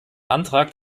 antrag